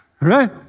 Right